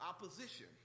opposition